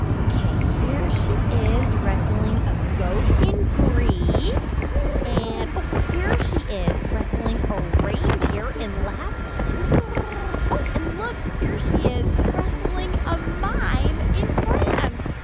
ok, here she is wrestling a goat in greece and oh, here she is wrestling a reindeer in lapland oh, and look here she is wrestling a mime in france